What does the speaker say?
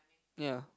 ya